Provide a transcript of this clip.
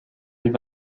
des